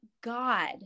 God